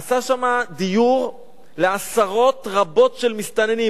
עשה שם דיור לעשרות רבות של מסתננים.